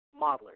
modelers